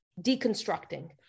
deconstructing